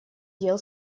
дел